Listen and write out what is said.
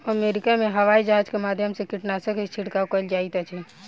America में हवाईजहाज के माध्यम से कीटनाशक के छिड़काव कयल जाइत अछि